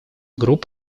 групп